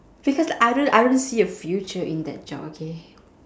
because I don't I don't see a future in that job okay